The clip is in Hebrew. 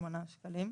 608 שקלים.